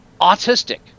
Autistic